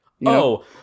No